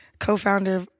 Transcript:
co-founder